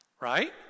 right